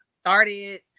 started